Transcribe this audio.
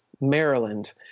Maryland